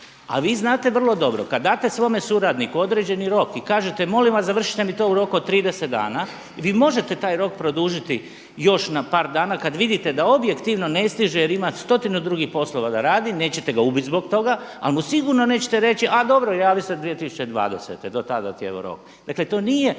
A vi znate vrlo dobro. Kada date svome suradniku određeni rok i kažete molim vas završite mi to u roku od 30 dana, vi možete taj roku produžiti još na par dana kada vidite da objektivno ne stiže jer ima stotinu drugih poslova da radi, nećete ga ubiti zbog toga ali mu sigurno nećete reći a dobro javi se 2020., do tada ti je evo rok.